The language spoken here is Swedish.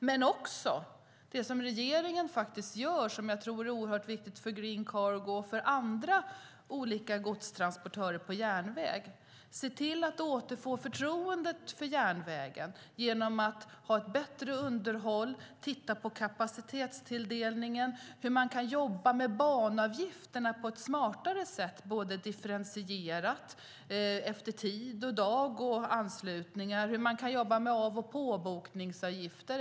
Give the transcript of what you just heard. Men det handlar också om det som regeringen faktiskt gör, som jag tror är oerhört viktigt för Green Cargo och för andra godstransportörer på järnväg. Se till att återfå förtroendet för järnvägen genom att ha ett bättre underhåll! Titta på kapacitetstilldelningen! Det handlar om hur man kan jobba med banavgifterna på ett smartare sätt, differentierat efter tid, dag och anslutningar. Det handlar om hur man kan jobba med av och påbokningsavgifter.